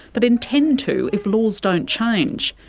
but intend to if laws don't change.